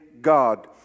God